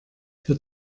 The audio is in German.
für